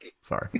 sorry